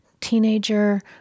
teenager